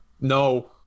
No